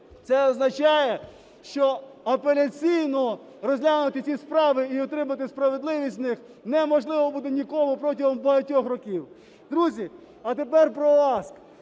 це означає, що апеляційно розглянути ці справи і отримати справедливість в них неможливо буде нікому протягом багатьох років. Друзі, а тепер про ОАСК.